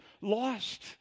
lost